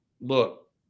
look